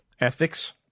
ethics